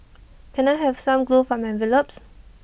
can I have some glue for my envelopes